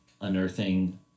unearthing